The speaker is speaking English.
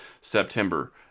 September